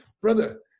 brother